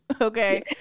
okay